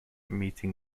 meeting